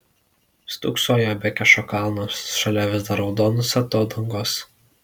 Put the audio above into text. stūksojo bekešo kalnas šalia vis dar raudonos atodangos